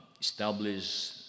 establish